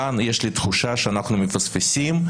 כאן יש לי תחושה שאנחנו מפספסים,